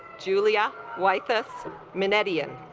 julia wifeis manette ian